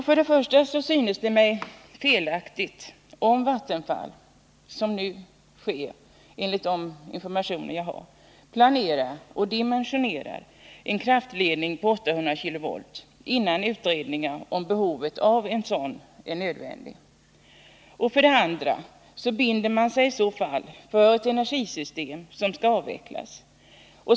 För det första synes det mig felaktigt om Vattenfall, som nu sker enligt de informationer jag fått, planerar och dimensionerar en kraftledning på 800 kV, innan utredningarna visat om ett sådant behov föreligger. För det andra binder man sig i så fall för ett energisystem som skall avvecklas.